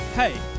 Hey